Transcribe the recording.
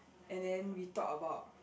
and then we talk about